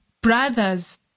brothers